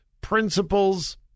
principles